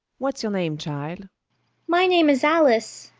what's your name, child my name is alice,